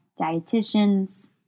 dietitians